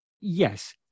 Yes